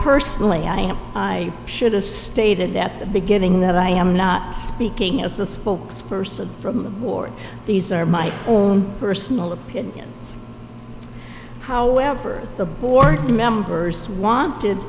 personally i should have stated at the beginning that i am not speaking as a spokesperson for the board these are my own personal opinions however the board members wanted